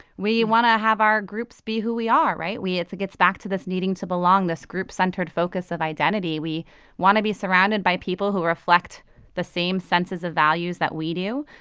we want to have our groups be who we are, right? we it gets back to this needing to belong, this group-centered focus of identity. we want to be surrounded by people who reflect the same senses of values that we do.